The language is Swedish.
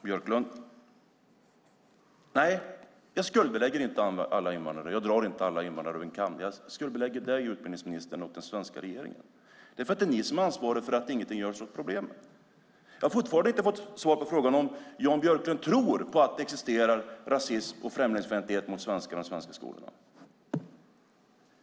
Fru talman! Nej, jag skuldbelägger inte alla invandrare. Jag drar inte alla invandrare över en kam. Jag skuldbelägger utbildningsministern och den svenska regeringen. Det är ni som är ansvariga för att ingenting görs åt problemen. Jag har fortfarande inte fått svar på frågan om Jan Björklund tror på att det existerar rasism och främlingsfientlighet mot svenskar i de svenska skolorna.